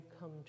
come